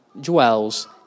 dwells